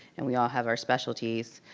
and we all have our specialties.